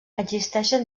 existeixen